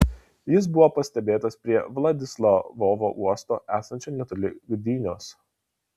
jis buvo pastebėtas prie vladislavovo uosto esančio netoli gdynios